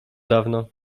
dawno